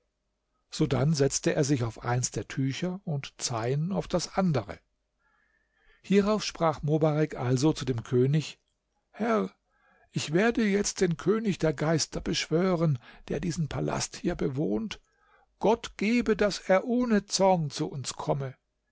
sodann setzte er sich auf eins der tücher und zeyn auf das andere hierauf sprach mobarek also zu dem könig herr ich werde jetzt den könig der geister beschwören der diesen palast hier bewohnt gott gebe daß er ohne zorn zu uns komme